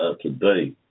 today